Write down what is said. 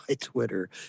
Twitter